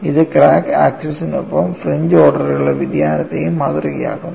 ഇത് ക്രാക്ക് ആക്സിസിനൊപ്പം ഫ്രിഞ്ച് ഓർഡറുകളുടെ വ്യതിയാനത്തെയും മാതൃകയാക്കുന്നു